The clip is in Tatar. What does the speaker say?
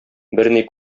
берни